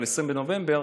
אבל ב-20 בנובמבר,